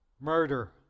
Murder